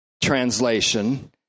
translation